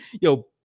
yo